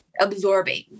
absorbing